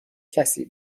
کسی